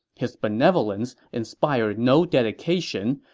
his benevolence inspired no dedication,